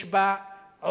יש בה עוינות